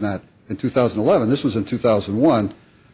not in two thousand and eleven this was in two thousand and one